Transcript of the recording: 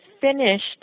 finished